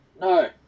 No